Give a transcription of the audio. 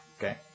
okay